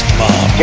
mom